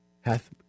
hath